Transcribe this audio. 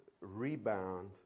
rebound